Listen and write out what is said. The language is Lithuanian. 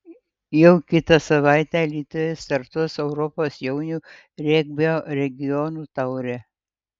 jau kitą savaitę alytuje startuos europos jaunių regbio regionų taurė